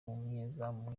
umunyezamu